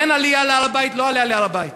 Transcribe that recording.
כן עלייה להר-הבית, לא עלייה להר-הבית.